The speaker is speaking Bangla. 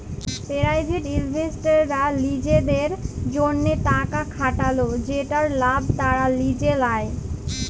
পেরাইভেট ইলভেস্টাররা লিজেদের জ্যনহে টাকা খাটাল যেটর লাভ তারা লিজে লেই